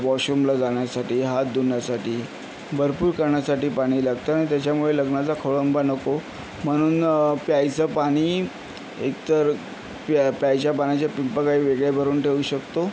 वॉशरूमला जाण्यासाठी हात धुण्यासाठी भरपूर कारणासाठी पाणी लागतं आणि त्याच्यामुळे लग्नाचा खोळंबा नको म्हणून प्यायचं पाणी एकतर प्या प्यायच्या पाण्याच्या पिंप काही वेगळे भरून ठेवू शकतो